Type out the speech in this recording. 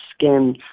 skin